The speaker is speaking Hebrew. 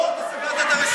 לא, אתה סגרת את הרשימה.